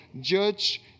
judge